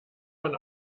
man